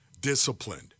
disciplined